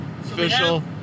Official